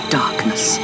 darkness